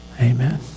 Amen